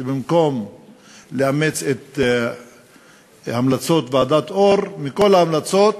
במקום לאמץ את המלצות ועדת אור, מכל ההמלצות